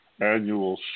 annual